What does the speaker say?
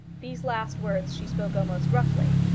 these last words she spoke almost roughly,